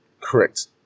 correct